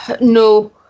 no